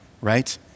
right